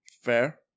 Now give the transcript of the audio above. Fair